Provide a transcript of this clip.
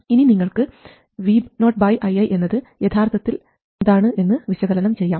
ഇനി നിങ്ങൾക്ക് VOii എന്നത് യഥാർത്ഥത്തിൽ ഈ സർക്യൂട്ടിൽ എന്താണ് എന്ന് വിശകലനം ചെയ്യാം